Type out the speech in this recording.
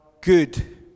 good